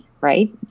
right